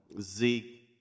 Zeke